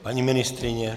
Paní ministryně?